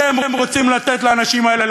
אתם רוצים לתת לאנשים האלה,